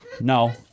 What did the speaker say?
No